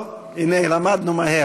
למדנו מהר.